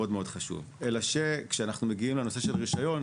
אלא שכשאנחנו מגיעים לנושא של רישיון,